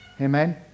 Amen